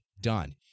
done